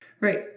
Right